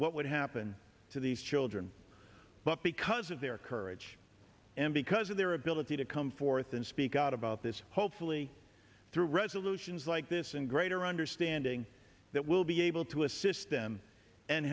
what would happen to these children but because of their courage and because of their ability to come forth and speak out about this hopefully through resolutions like this and greater understanding that we'll be able to assist